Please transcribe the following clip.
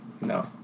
no